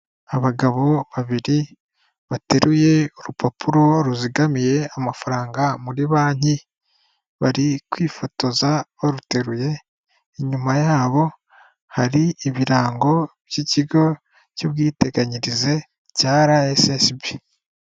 Abagabo babiri bateruye urupapuro ruzigamiye amafaranga muri banki bari kwifotoza baruteruye inyuma yabo hari ibirango by'ikigo cy'ubwiteganyirize cya rssb.